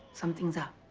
something's up.